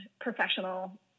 professional